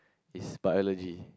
is Biology